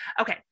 Okay